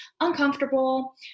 uncomfortable